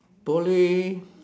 Poly